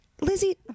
Lizzie